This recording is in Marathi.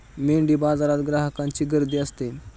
मेंढीबाजारात ग्राहकांची गर्दी असते